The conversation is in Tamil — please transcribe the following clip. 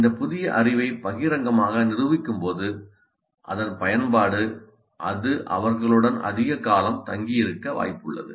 இந்த புதிய அறிவை பகிரங்கமாக நிரூபிக்கும் போது அதன் பயன்பாடு அது அவர்களுடன் அதிக காலம் தங்கியிருக்க வாய்ப்புள்ளது